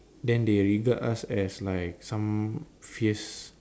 then they regard us as like some fierce